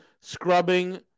scrubbing